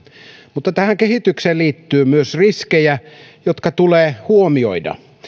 mutta tähän kehitykseen liittyy myös riskejä jotka tulee huomioida